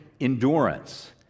endurance